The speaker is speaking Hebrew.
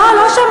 לא, לא שמעת.